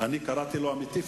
ולא נדע אם המסכות